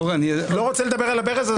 לא רוצה לדבר על הברז.